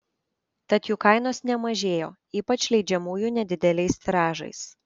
tad jų kainos nemažėjo ypač leidžiamųjų nedideliais tiražais